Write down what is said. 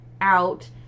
out